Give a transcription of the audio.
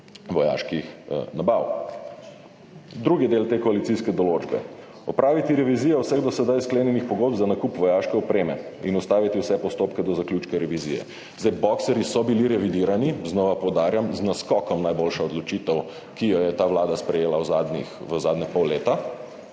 vojaških nabav. Drugi del te koalicijske določbe: opraviti revizijo vseh do sedaj sklenjenih pogodb za nakup vojaške opreme in ustaviti vse postopke do zaključka revizije. Boxerji so bili revidirani. Znova poudarjam, z naskokom najboljša odločitev, ki jo je ta vlada sprejela v zadnjega pol leta.